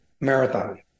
marathon